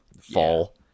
fall